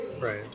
right